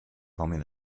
方面